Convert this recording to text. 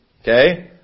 Okay